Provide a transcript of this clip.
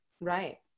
right